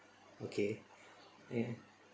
okay mm